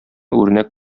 үрнәк